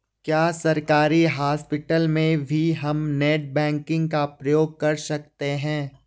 क्या सरकारी हॉस्पिटल में भी हम नेट बैंकिंग का प्रयोग कर सकते हैं?